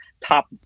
top